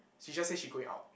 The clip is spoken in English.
she just say she going out